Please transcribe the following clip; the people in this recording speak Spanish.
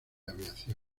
aviación